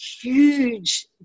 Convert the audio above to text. huge